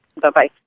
Bye-bye